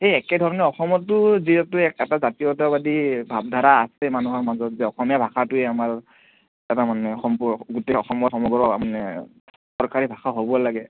সেই একে ধৰণে অসমটো যিহেতু এটা জাতীয়তাবাদী ভাৱ ধাৰা আছে মানুহৰ মাজত যে অসমীয়া ভাষাটোৱে আমাৰ এটা মানে গোটেই অসমত সমগ্ৰ মানে চৰকাৰী ভাষা হ'ব লাগে